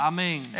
Amen